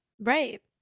Right